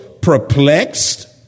perplexed